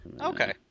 Okay